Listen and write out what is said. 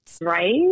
Right